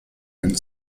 and